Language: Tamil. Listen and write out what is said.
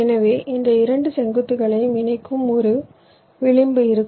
எனவே இந்த இரண்டு செங்குத்துகளையும் இணைக்கும் ஒரு விளிம்பு இருக்கும்